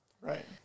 Right